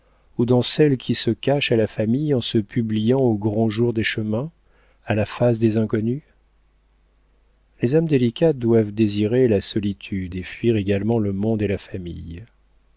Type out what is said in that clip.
ou dans celle qui se cache à la famille en se publiant au grand jour des chemins à la face des inconnus les âmes délicates doivent désirer la solitude et fuir également le monde et la famille